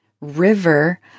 river